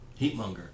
Heatmonger